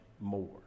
more